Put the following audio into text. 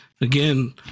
again